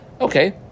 Okay